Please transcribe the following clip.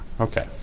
okay